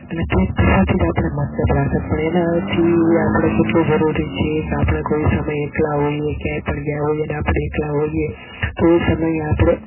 અને પેટ ભરવાથી જ આપણે મતલબ રાખત પણ એનાથી આપણે કેટલું જરૂરી છે એ કે આપણે કોઈ સમયે એકલા હોઈએ ક્યાંય પણ ગ્યા હોઈએને આપણે એકલા હોઈએ તો એ સમયે આપણે